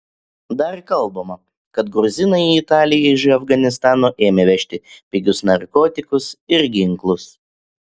dar kalbama kad gruzinai į italiją iš afganistano ėmė vežti pigius narkotikus ir ginklus